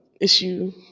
issue